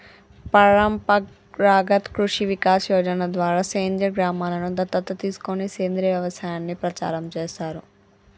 పరంపరాగత్ కృషి వికాస్ యోజన ద్వారా సేంద్రీయ గ్రామలను దత్తత తీసుకొని సేంద్రీయ వ్యవసాయాన్ని ప్రచారం చేస్తారు